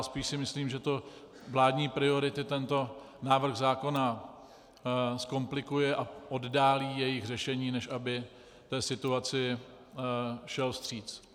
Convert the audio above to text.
Spíš si myslím, že vládní priority tento návrh zákona zkomplikuje a oddálí jejich řešení, než aby té situaci šel vstříc.